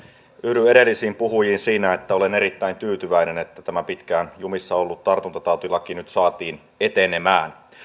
yhdyn edellisiin puhujiin siinä että olen erittäin tyytyväinen että tämä pitkään jumissa ollut tartuntatautilaki nyt saatiin etenemään